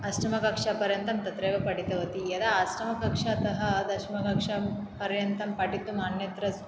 अष्टमकक्षापर्यन्तं तत्र एव पठितवती यदा अष्टमकक्षातः दशमकक्षां पर्यन्तं पठितुम् अन्यत्र